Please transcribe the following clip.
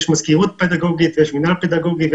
יש מזכירות פדגוגית, יש מינהל פדגוגי,